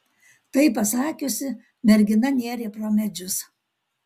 tai pasakiusi mergina nėrė pro medžius